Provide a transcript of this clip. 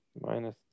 minus